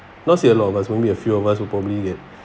not say a lot of us won't be a few of us would probably get